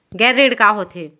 गैर ऋण का होथे?